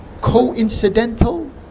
coincidental